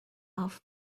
off